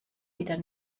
wieder